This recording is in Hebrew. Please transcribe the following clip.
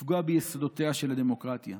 לפגוע ביסודותיה של הדמוקרטיה.